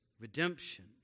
redemption